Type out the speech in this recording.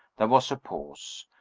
there was a pause.